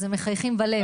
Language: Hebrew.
אז הם מחייכים בלב.